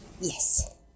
Yes